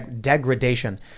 degradation